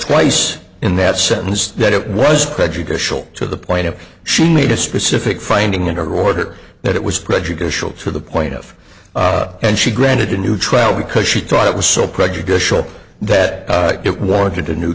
twice in that sentence that it was prejudicial to the point if she made a specific finding in order that it was prejudicial to the point of and she granted a new trial because she thought it was so prejudicial that it wanted a new